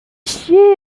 chier